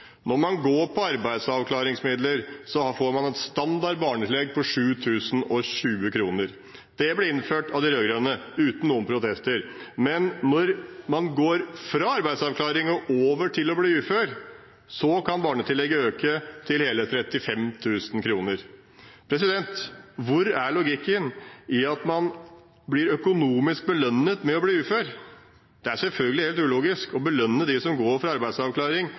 Når man går på arbeidsavklaringsmidler, får man et standard barnetillegg på 7 020 kr. Det ble innført av de rød-grønne, uten noen protester. Men når man går fra arbeidsavklaring over til å bli ufør, kan barnetillegget øke til hele 35 000 kr. Hvor er logikken i at man blir økonomisk belønnet ved å bli ufør? Det er selvfølgelig helt ulogisk å belønne dem som går fra arbeidsavklaring